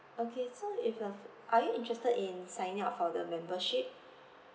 okay so if you have are you interested in signing up for the membership